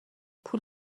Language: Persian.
پول